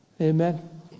Amen